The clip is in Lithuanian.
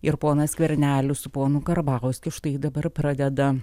ir ponas skvernelis su ponu karbauskiu štai dabar pradeda